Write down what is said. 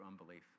unbelief